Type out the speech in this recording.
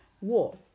war